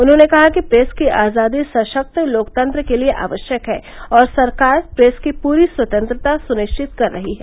उन्होंने कहा कि प्रेस की आजादी सशक्त लोकतंत्र के लिए आवश्यक है और सरकार प्रेस की पूरी स्वतंत्रता सुनिश्चित कर रही है